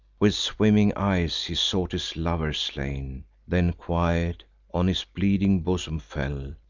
with swimming eyes he sought his lover slain then quiet on his bleeding bosom fell,